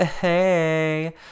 Hey